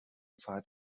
zeit